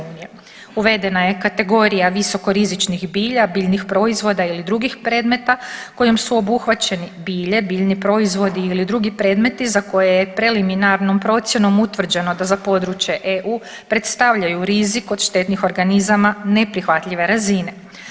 Uvedena je kategorija visokorizičnih bilja, biljnih proizvoda ili drugih predmeta kojom su obuhvaćeni bilje, biljni proizvodi ili drugi predmeti za koje je preliminarnom procjenom utvrđeno da za područje EU predstavljaju rizik od štetnih organizama neprihvatljive razine.